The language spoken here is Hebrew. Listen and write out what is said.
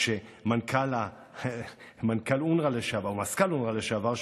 כשמזכ"ל אונר"א לשעבר,